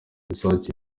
isake